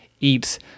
eats